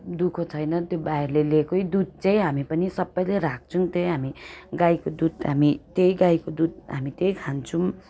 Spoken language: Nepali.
दु ख छैन त्यो भाइहरूले ल्याएकै दुध चाहिँ हामी पनि सबैले राख्छौँ त्यही हामी गाईको दुध हामी त्यही गाईको दुध हामी त्यही खान्छौँ